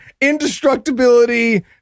indestructibility